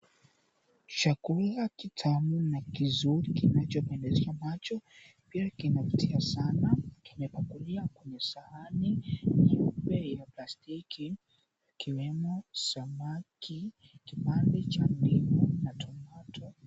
Chakula kitamu na kizuri kinachopendeza macho pia kinavutia sana kiko kwenye sahani nyeupe ya plastiki ikiwemo samaki, kipande cha ndizi na tomato .